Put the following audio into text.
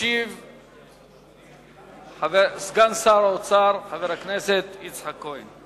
ישיב סגן שר האוצר חבר הכנסת יצחק כהן.